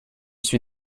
suis